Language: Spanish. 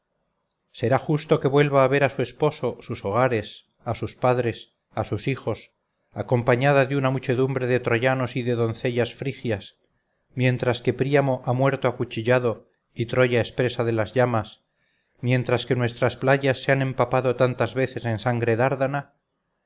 será justo que vuelva a ver a su esposo sus hogares a sus padres a sus hijos acompañada de una muchedumbre de troyanos y de doncellas frigias mientras que príamo ha muerto acuchillado y troya es presa de las llamas mientras que nuestras playas se han empapado tantas veces en sangre dárdana